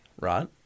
Right